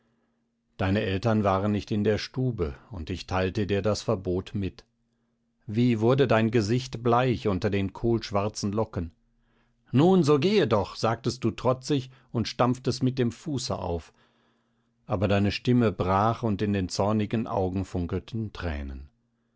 deine eltern waren nicht in der stube und ich teilte dir das verbot mit wie wurde dein gesicht bleich unter den kohlschwarzen locken nun so gehe doch sagtest du trotzig und stampftest mit dem fuße auf aber deine stimme brach und in den zornigen augen funkelten thränen